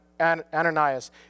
Ananias